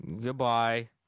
Goodbye